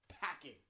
packing